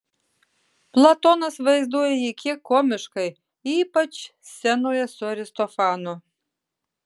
platonas vaizduoja jį kiek komiškai ypač scenoje su aristofanu